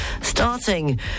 Starting